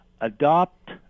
adopt